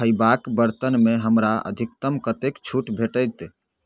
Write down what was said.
खयबाक बर्तन मे हमरा अधिकतम कतेक छूट भेटैत